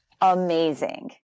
amazing